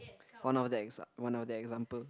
one of the exa~ one of the example